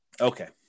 Okay